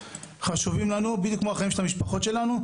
חשובים לנו בדיוק כמו החיים של המשפחות שלנו,